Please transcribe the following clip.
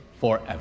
forever